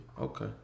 Okay